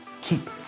Keep